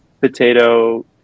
potato